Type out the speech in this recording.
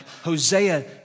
Hosea